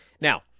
Now